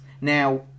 now